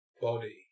body